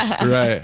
right